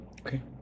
Okay